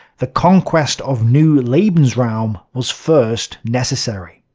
the conquest of new lebensraum was first necessary.